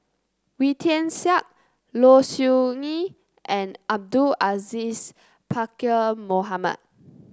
Wee Tian Siak Low Siew Nghee and Abdul Aziz Pakkeer Mohamed